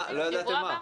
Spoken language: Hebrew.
לא ידעתם מה?